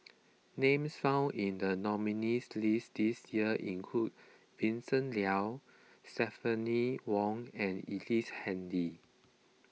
names found in the nominees' list this year include Vincent Leow Stephanie Wong and Ellice Handy